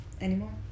anymore